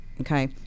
okay